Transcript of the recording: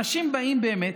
אנשים באים באמת,